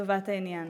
לטובת העניין.